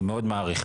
אני מאוד מעריך.